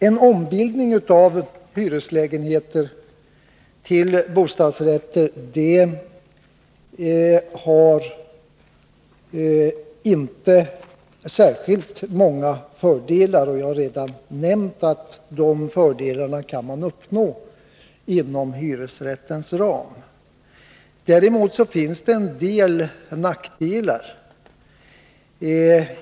En ombildning av hyreslägenheter till bostadsrätter har inte särskilt många fördelar, och jag har redan nämnt att man kan uppnå de fördelarna inom hyresrättens ram. Däremot finns det en del nackdelar.